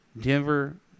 Denver